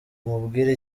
umubwire